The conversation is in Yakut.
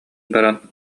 баран